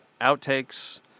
outtakes